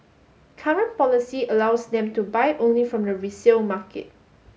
current policy allows them to buy only from the resale market